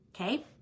okay